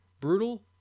Brutal